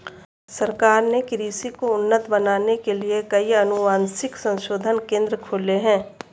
सरकार ने कृषि को उन्नत बनाने के लिए कई अनुवांशिक संशोधन केंद्र खोले हैं